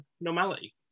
normality